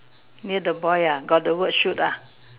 near the boy ah got the word shoot ah